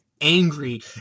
angry